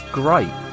great